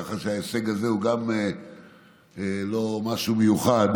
כך שההישג הזה הוא גם לא משהו מיוחד.